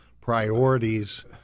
priorities